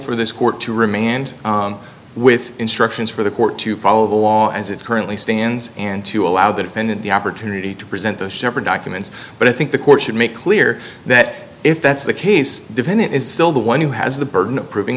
for this court to remand with instructions for the court to follow the law as it currently stands and to allow the defendant the opportunity to present a separate documents but i think the court should make clear that if that's the case defendant is still the one who has the burden of proving